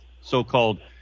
so-called